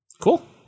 cool